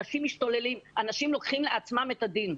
אנשים משתוללים ולוקחים לעצמם את הדין.